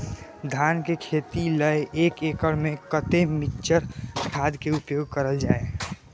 धान के खेती लय एक एकड़ में कते मिक्चर खाद के उपयोग करल जाय?